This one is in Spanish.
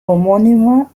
homónima